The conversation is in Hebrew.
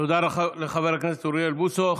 תודה רבה לחבר הכנסת אוריאל בוסו.